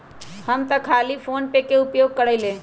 हम तऽ खाली फोनेपे के उपयोग करइले